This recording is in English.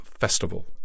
festival